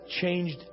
changed